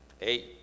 eight